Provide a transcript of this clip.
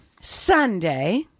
Sunday